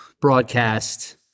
broadcast